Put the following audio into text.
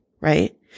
right